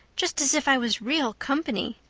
just as if i was real company.